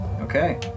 Okay